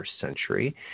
century